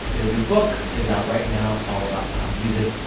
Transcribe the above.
their new book is out right now all about pop music.